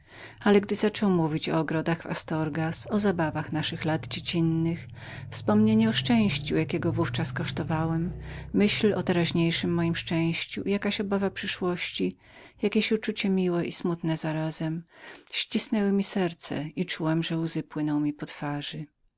ale gdy zaczął mówić o ogrodach w astorgas o zabawkach naszych lat dziecinnych wspomnienie o szczęściu jakiego w ówczas kosztowałam myśl o teraźniejszem mojem szczęściu i jakaś obawa przyszłości jakieś uczucie miłe i tęschne razem ścisnęły mi serce i czułam że łzy płynęły mi po twarzy